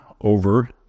over